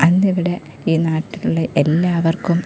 അന്ന് ഇവിടെ ഈ നാട്ടിലുള്ള എല്ലാവർക്കും